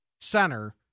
center